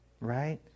right